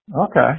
Okay